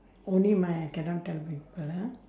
only mine cannot tell people ah